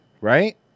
Right